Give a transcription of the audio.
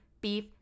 beef